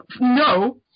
no